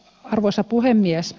arvoisa puhemies